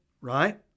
right